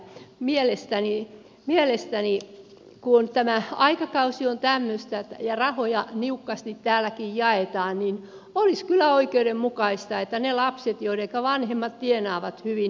mielestäni kun tämä aikakausi on tämmöistä ja rahoja niukasti täälläkin jaetaan olisi kyllä oikeudenmukaista että ne lapset joidenka vanhemmat tienaavat hyvin